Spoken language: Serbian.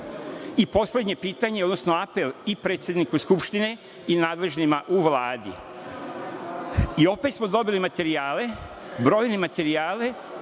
Poslednje pitanje, odnosno apel i predsedniku Skupštine i nadležnima u Vladi, i opet smo dobili materijale, brojne materijale